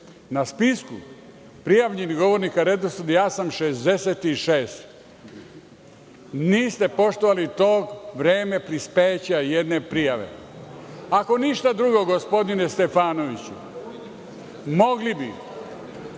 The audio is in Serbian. Na spisku prijavljenih govornika po redosledu ja sam 66. Niste poštovali vreme prispeća jedne prijave. Ako ništa drugo, gospodine Stefanoviću, mogli bi,